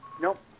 Nope